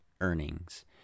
earnings